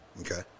Okay